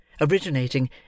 originating